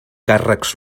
càrrecs